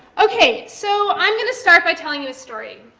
okay, so i'm going to start by telling you a story.